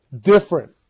different